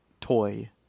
toy